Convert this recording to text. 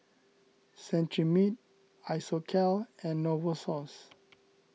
Cetrimide Isocal and Novosource